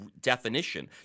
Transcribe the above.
definition